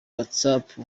whatsapp